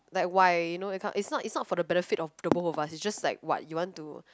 like why you know it's not it's not for the benefit for both of us just like what you want to